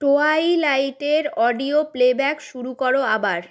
টোয়াইলাইটের audio playback শুরু করো আবার